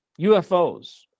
UFOs